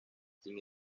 sin